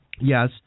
yes